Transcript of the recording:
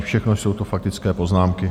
Všechno jsou to faktické poznámky.